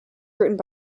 written